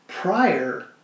prior